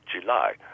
July